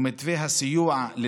ומתווה הסיוע הזעיר,